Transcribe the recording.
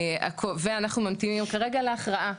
ואנחנו ממתינים כרגע להכרעה,